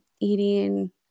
eating